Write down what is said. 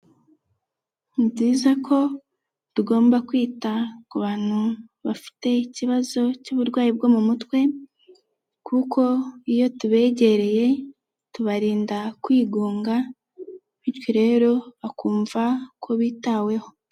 Ni byiza ko tugomba kwita ku bantu bafite ikibazo cy'uburwayi bwo mu mutwe kuko iyo tubegereye, tubarinda kwigunga bityo rero bakumva ko bitaweho.